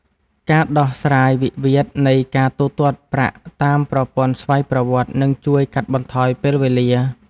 ការដោះស្រាយវិវាទនៃការទូទាត់ប្រាក់តាមប្រព័ន្ធស្វ័យប្រវត្តិ នឹងជួយកាត់បន្ថយពេលវេលា។